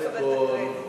הוא צריך לקבל את הקרדיט.